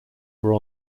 were